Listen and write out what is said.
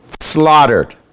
slaughtered